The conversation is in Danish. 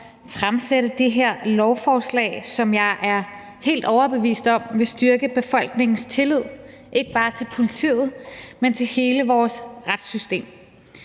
fremsætte det her lovforslag, som jeg er helt overbevist om vil styrke befolkningens tillid, ikke bare til politiet, men til hele vores retssystem.